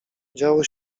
działo